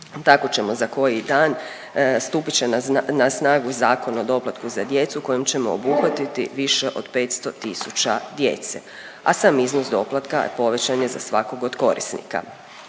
Tako ćemo za koji dan stupit će na snagu Zakon o doplatku za djecu kojim ćemo obuhvatiti više od 500 tisuća djece, a sam iznos doplatka povećan je za svakog od korisnika.